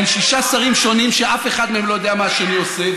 בין שישה שרים שונים שאף אחד מהם לא יודע מה השני עושה,